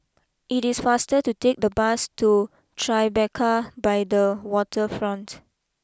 it is faster to take the bus to Tribeca by the Waterfront